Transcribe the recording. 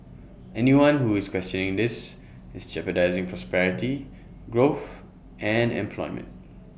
anyone who is questioning this is jeopardising prosperity growth and employment